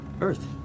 Earth